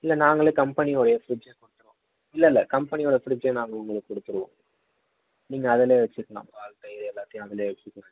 இல்லை நாங்களே கம்பனியோடைய ஃப்ரிட்ஜே கொடுத்துருவோம் இல்லைல்ல கம்பெனியோடய ஃப்ரிட்ஜே நாங்கள் உங்களுக்கு கொடுத்துருவோம் நீங்கள் அதுலேயே வெச்சிக்கலாம் பால் தயிர் எல்லாத்தையும் அதுலேயே வெச்சிக்கலாம் நீங்கள்